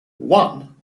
one